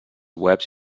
webs